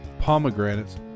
pomegranates